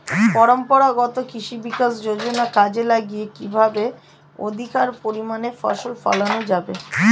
পরম্পরাগত কৃষি বিকাশ যোজনা কাজে লাগিয়ে কিভাবে অধিক পরিমাণে ফসল ফলানো যাবে?